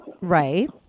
Right